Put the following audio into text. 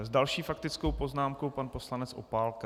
S další faktickou poznámkou pan poslanec Opálka.